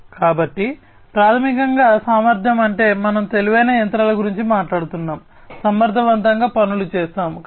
కాబట్టి ప్రాథమికంగా సామర్థ్యం అంటే మనము తెలివైన యంత్రాల గురించి మాట్లాడుతున్నాము సమర్ధవంతంగా పనులు చేస్తాము